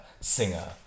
singer